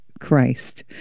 christ